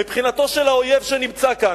מבחינתו של האויב שנמצא כאן,